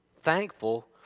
thankful